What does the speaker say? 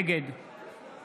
נגד